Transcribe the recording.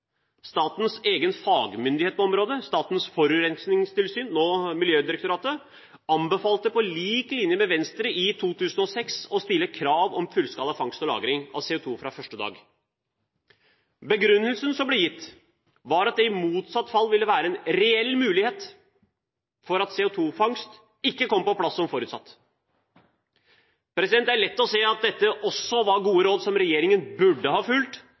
Statens egen fagmyndighet på området, Statens forurensingstilsyn, nå Miljødirektoratet, anbefalte, på lik linje med Venstre, i 2006 å stille krav om fullskala fangst og lagring av CO2 fra første dag. Begrunnelsen som ble gitt, var at det i motsatt fall ville være en reell mulighet for at CO2-fangst ikke kom på plass som forutsatt. Det er lett å se at dette også var gode råd som regjeringen burde ha fulgt,